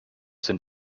sind